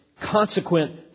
consequent